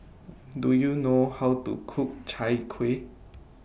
Do YOU know How to Cook Chai Kueh